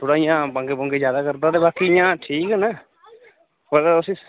ते थोह्ड़े पंगे जादा करदा बाकी इं'या ठीक न पता उसी